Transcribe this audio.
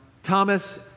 Thomas